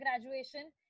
graduation